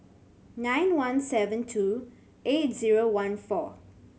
nine one seven two eight zero one four